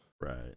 Right